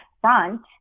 front